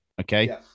Okay